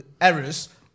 Errors